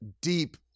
Deep